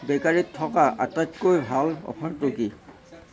বেকাৰীত থকা আটাইতকৈ ভাল অফাৰটো কি